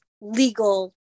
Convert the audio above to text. legal